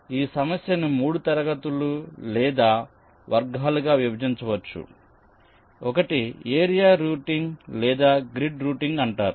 కాబట్టి ఈ సమస్యను 3 తరగతులు లేదా వర్గాలుగా విభజించవచ్చు ఒకటి ఏరియా రూటింగ్ లేదా గ్రిడ్ రూటింగ్ అంటారు